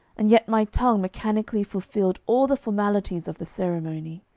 and yet my tongue mechanically fulfilled all the formalities of the ceremony.